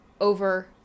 over